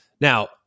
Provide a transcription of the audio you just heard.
Now